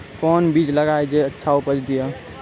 कोंन बीज लगैय जे अच्छा उपज दिये?